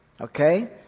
okay